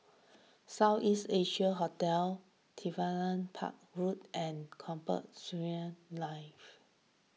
South East Asia Hotel Aviation Park Road and Combat Skirmish Live